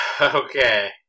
Okay